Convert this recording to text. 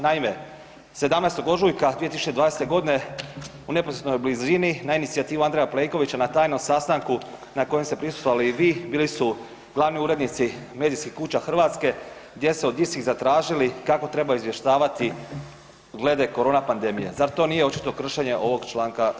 Naime, 17.ožujka 2020.g. u neposrednoj blizini na inicijativu Andreja Plenkovića na tajnom sastanku na kojem ste prisustvovali i vi bili su glavni urednici medijskih kuća Hrvatska gdje ste od istih zatražili kako treba izvještavati glede korona pandemije, zar to nije očito kršenje ovog članka zakona?